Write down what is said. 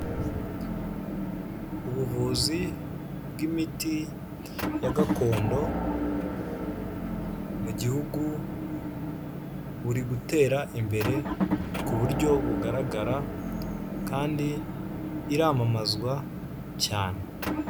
Ubuvuzi bw'imiti ya gakondo mu gihugu buri gutera imbere ku buryo bugaragara kandi iramamazwa cyane.